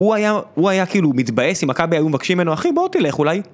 הוא היה, הוא היה כאילו מתבאס אם מכבי היו מבקשים ממנו אחי בוא תלך אולי